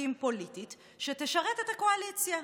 שופטים פוליטית שתשרת את הקואליציה,